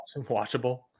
Watchable